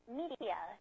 .media